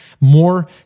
more